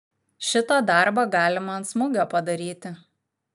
šitą darbą galima ant smūgio padaryti